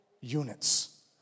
units